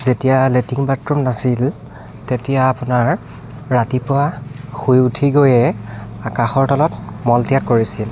যেতিয়া latrine bathroom নাছিল তেতিয়া আপোনাৰ ৰাতিপুৱা শুই উঠি গৈয়ে আকাশৰ তলত মলত্যাগ কৰিছিল